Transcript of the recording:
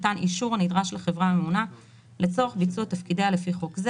מתן אישור הנדרש לחברה הממונה לצורך ביצוע תפקידיה לפי חוק זה,